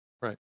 Right